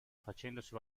facendosi